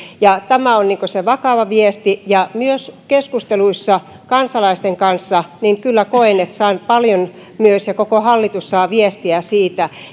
tämä on se vakava viesti ja myös keskusteluissa kansalaisten kanssa kyllä koen että saan ja koko hallitus saa paljon viestiä siitä